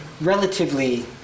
relatively